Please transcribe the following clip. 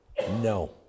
no